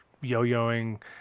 yo-yoing